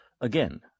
again